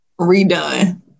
redone